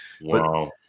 Wow